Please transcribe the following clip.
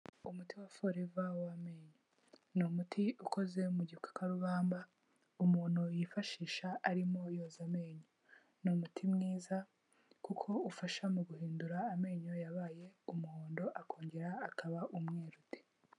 Umuti wa forever w'amenyo. Ni umuti ukoze mu gikakarubamba umuntu yifashisha arimo yoza amenyo, ni umuti mwiza kuko ufasha mu guhindura amenyo yabaye umuhondo akongera akaba umweru de.